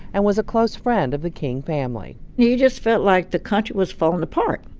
and was a close friend of the king family you you just felt like the country was falling apart.